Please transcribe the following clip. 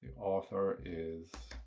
author is